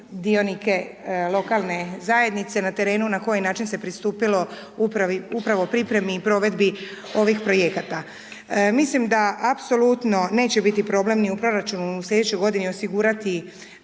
dionike lokalne zajednice na terenu, na koji način se pristupilo upravo pripremi i provedbi ovih projekata. Mislim da apsolutno neće biti problem ni u proračunu u slijedećoj godini osigurati